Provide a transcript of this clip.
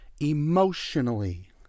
emotionally